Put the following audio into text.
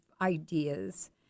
ideas